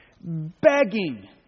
begging